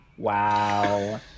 Wow